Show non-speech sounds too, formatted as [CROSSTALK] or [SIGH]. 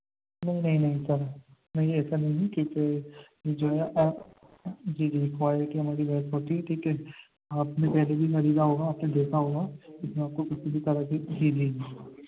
نہیں نہیں نہیں سر نہیں ایسا نہیں ہے کیونکہ یہ جو ہے آپ جی جی ریکوائر کے [UNINTELLIGIBLE] ہوتی کیونکہ آپ نے ویسے بھی خریدا ہوگا آپ نے دیکھا ہوگا اس میں آپ کو کسی بھی طرح کی جی جی جی